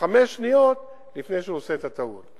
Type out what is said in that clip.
חמש השניות, לפני שהוא עושה את הטעות.